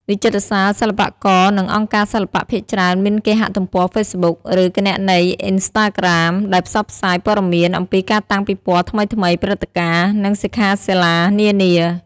វិចិត្រសាល សិល្បករ និងអង្គការសិល្បៈភាគច្រើនមានគេហទំព័រហ្វេសប៊ុក ឬគណនីអុីស្តាក្រាម ដែលផ្សព្វផ្សាយព័ត៌មានអំពីការតាំងពិពណ៌ថ្មីៗ ព្រឹត្តិការណ៍ និងសិក្ខាសាលានានា។